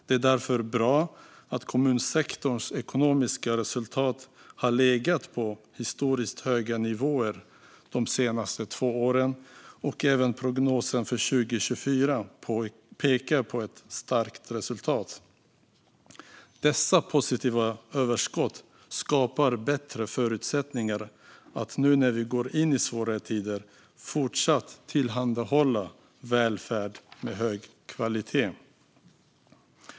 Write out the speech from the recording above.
Det är därför bra att kommunsektorns ekonomiska resultat har legat på historiskt höga nivåer de senaste två åren. Prognosen för 2024 pekar också på ett starkt resultat. Dessa positiva överskott skapar bättre förutsättningar att nu när vi går in i svårare tider fortsatt tillhandahålla välfärd med hög kvalitet.